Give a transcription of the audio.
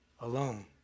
alone